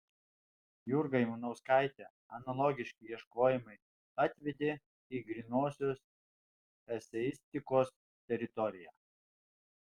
jurgą ivanauskaitę analogiški ieškojimai atvedė į grynosios eseistikos teritoriją